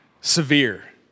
severe